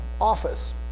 office